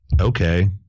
okay